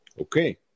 Okay